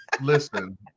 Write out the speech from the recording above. Listen